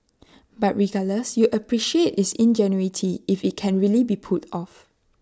but regardless you'd appreciate its ingenuity if IT can really be pulled off